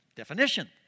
Definition